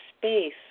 space